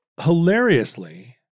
hilariously